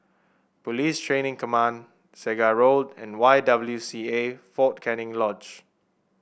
Police Training Command Segar Road and Y W C A Fort Canning Lodge